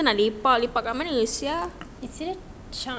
is it